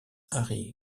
harry